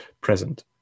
present